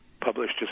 published